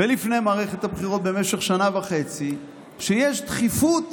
ולפני מערכת הבחירות במשך שנה וחצי, שיש דחיפות